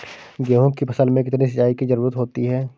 गेहूँ की फसल में कितनी सिंचाई की जरूरत होती है?